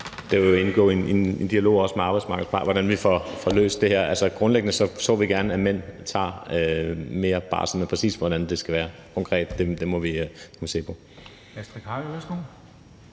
Det vil jo også indgå i en dialog med arbejdsmarkedets parter, hvordan vi får løst det her. Altså, grundlæggende så vi gerne, at mænd tog mere barsel, men præcis hvordan det konkret skal være, må vi se på.